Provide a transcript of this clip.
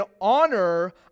honor